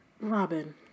Robin